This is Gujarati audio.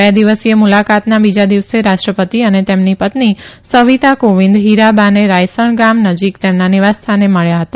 બે દિવસીય મુલાકાતના બીજા દિવસે રાષ્ટ્રપતિ અને તેમની પત્ની સવિતા કોવિંદ હિરા બા ને રાઇસણ ગામ નજીક તેમના નિવાસ સ્થાને મળ્યા હતા